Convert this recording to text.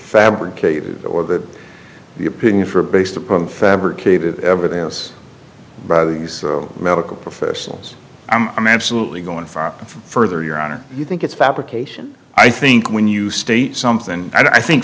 fabricated or the the opinion for based upon fabricated evidence rather these medical professionals i'm absolutely going for further your honor you think it's a fabrication i think when you state something i think